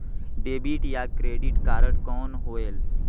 Debit या credit card कौन होएल?